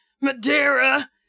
Madeira